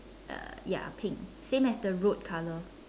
uh ya pink same as the road color